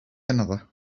another